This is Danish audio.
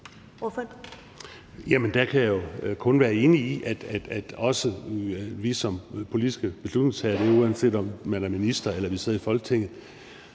der kan jeg jo kun være enig i, at også vi som politiske beslutningstagere, og det uanset om man er minister eller man sidder i Folketinget,